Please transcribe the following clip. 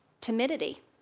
timidity